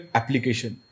application